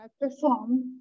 perform